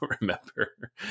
remember